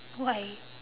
why